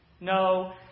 No